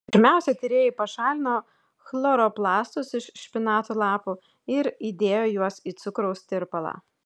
pirmiausia tyrėjai pašalino chloroplastus iš špinatų lapų ir įdėjo juos į cukraus tirpalą